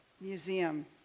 museum